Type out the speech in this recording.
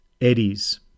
eddies